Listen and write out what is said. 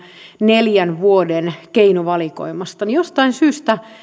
neljän vuoden keinovalikoimasta jostain syystä